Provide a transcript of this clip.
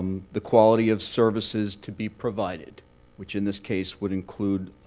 the quality of services to be provided which, in this case, would include